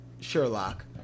Sherlock